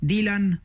Dylan